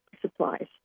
supplies